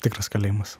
tikras kalėjimas